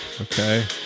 Okay